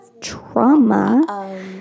trauma